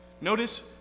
Notice